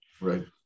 Right